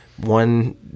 One